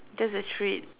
that's a treat